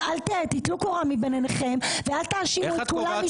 אז טלו קורה מבין עיניכם ואל תאשימו את כולם מסביב.